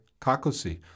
Kakosi